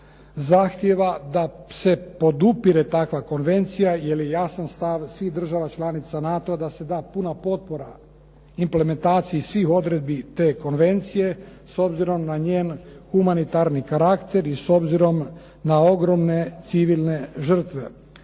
zahtjeva da se podupire takva konvencija jer je jasan stav svih država članica NATO-a da se da puna potpora implementaciji svih odredbi te konvencije s obzirom na njen humanitarni karakter i s obzirom na ogromne civilne žrtve.